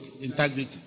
integrity